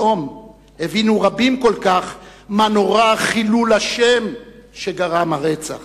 פתאום הבינו רבים כל כך מה נורא חילול השם שגרם הרצח.